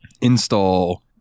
install